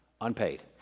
unpaid